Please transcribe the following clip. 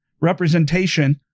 representation